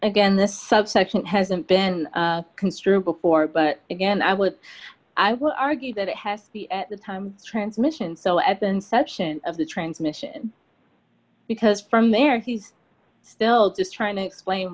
again this subsection hasn't been construed before but again i would i will argue that it has to be at the time transmission so as an section of the transmission because from there he's still trying to explain